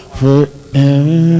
forever